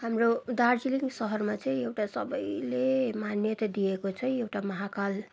हाम्रो दार्जिलिङ सहरमा चाहिँ एउटा सबले मान्यता दिएको चाहिँ एउटा महाकाल